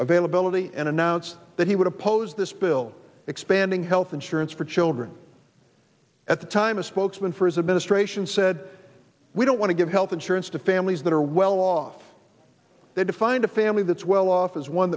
availability and announced that he would oppose this bill expanding health insurance for children at the time a spokesman for his administration said we don't want to give health insurance to families that are well off they defined a family that's well off as one